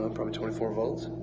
um probably twenty four volts.